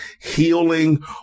healing